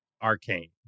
Arcane